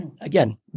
again